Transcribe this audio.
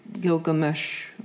Gilgamesh